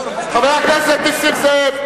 חבר הכנסת נסים זאב.